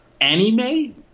anime